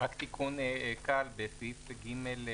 רק תיקון קל: בסעיף קטן (ג)